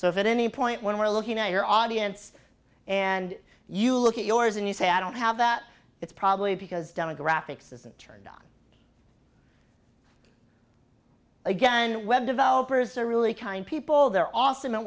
so if at any point when we're looking at your audience and you look at yours and you say i don't have that it's probably because demographics isn't turned on again and web developers are really kind people they're awesome